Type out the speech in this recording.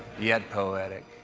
yet poetic.